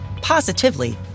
positively